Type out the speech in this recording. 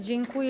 Dziękuję.